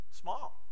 Small